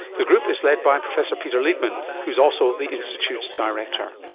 the group is led by and professor peter leedman, who was also the institute's director.